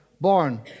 born